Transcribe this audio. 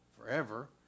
forever